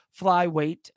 flyweight